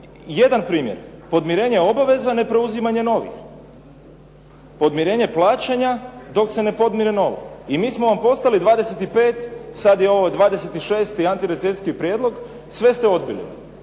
jedan primjer. Podmirenje obaveza, ne preuzimanje novih. Podmirenje plaćanja dok se ne podmire novo. I mi smo vam poslali 25, sad je ovo 26 antirecesijski prijedlog. Sve ste odbili.